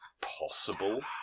possible